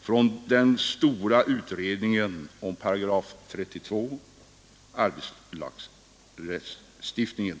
från den stora utredningen om § 32, dvs. om arbetsrättslagstiftningen.